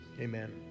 amen